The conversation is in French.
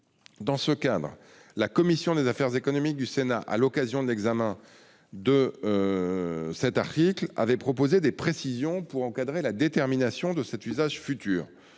Dans ce cadre, la commission des affaires économiques du Sénat, à l'occasion de l'examen de cet article, a tenu à apporter des précisions sur les modalités de détermination de cet usage futur.